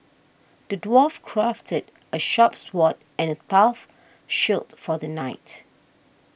the dwarf crafted a sharp sword and a tough shield for the knight